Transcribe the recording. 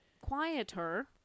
quieter